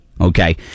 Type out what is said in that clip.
okay